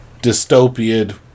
dystopian